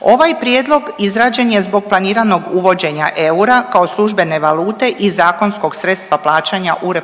Ovaj prijedlog izrađen je zbog planiranog uvođenja eura kao službene valute i zakonskog sredstva plaćanja u RH.